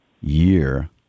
year